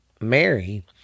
Mary